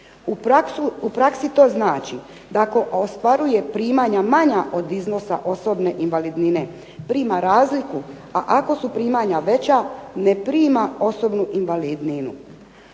U praksi to znači da ako ostvaruje primanja manja od iznosa osobne invalidnine prima razliku, a ako su primanja veća ne prima osobnu invalidninu.